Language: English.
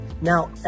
Now